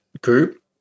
group